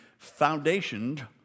foundationed